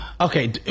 okay